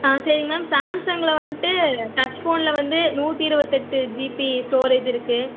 ஆ சேரிங்க மேம் சாம்சங்கில் வந்துட்டு டச் ஃபோனில் வந்து நூற்றி இருபத்தெட்டு ஜிபி ஸ்டோரேஜ் இருக்குது